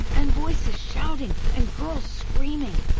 and voices shouting and girls screaming,